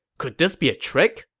could this be a trick?